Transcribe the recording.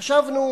חשבנו: